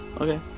Okay